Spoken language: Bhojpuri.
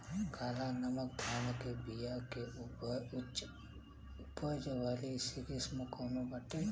काला नमक धान के बिया के उच्च उपज वाली किस्म कौनो बाटे?